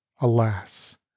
Alas